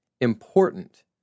important